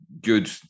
good